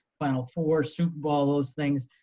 final four, super bowl, those things.